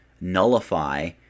nullify